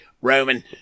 Roman